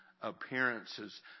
appearances